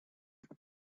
ines